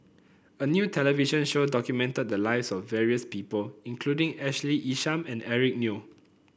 a new television show documented the lives of various people including Ashley Isham and Eric Neo